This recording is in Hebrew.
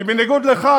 כי בניגוד אליך,